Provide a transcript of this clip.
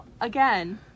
again